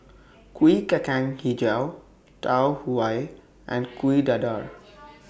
Kuih Kacang Hijau Tau Huay and Kuih Dadar